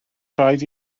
rhaid